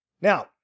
Now